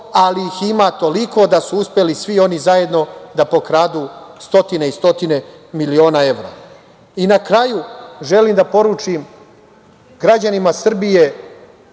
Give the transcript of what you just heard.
ali ih ima toliko da su uspeli svi oni zajedno da pokradu stotine i stotine miliona evra. Na kraju, želim da poručim građanima Srbije